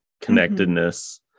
connectedness